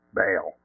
bail